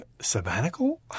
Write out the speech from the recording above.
sabbatical